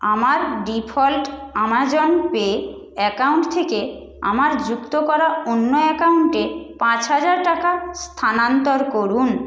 আমার default Amazon Pay account থেকে আমার যুক্ত করা অন্য অ্যাকাউন্টে পাঁচ হাজার টাকা স্থানান্তর করুন